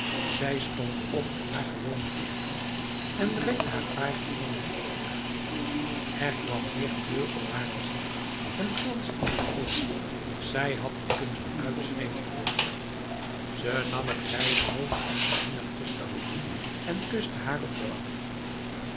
zij stond op met haar gewone veerkracht en rekte haar fraaigevormde leden uit er kwam meer kleur op haar gezicht en glans in haar ogen zij had het kunnen uitschreeuwen van pret ze nam het grijze hoofd van sarinah tussen de handen en kuste haar op de wang